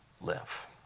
live